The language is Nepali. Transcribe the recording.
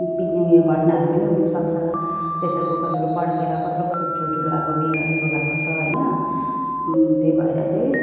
उयो घटनाहरू पनि हुनसक्छ प्रेसर कुकरहरू पड्केर कत्रो कत्रो ठुल्ठुलो अब बिगारहरू भएको छ होइन त्यही भएर चाहिँ